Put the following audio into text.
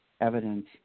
evidence